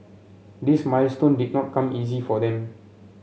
this milestone did not come easy for them